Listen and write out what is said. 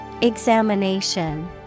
Examination